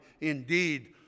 Indeed